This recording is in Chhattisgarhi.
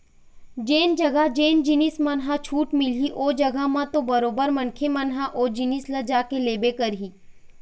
जेन जघा जेन जिनिस मन ह छूट मिलही ओ जघा म तो बरोबर मनखे मन ह ओ जिनिस ल जाके लेबे करही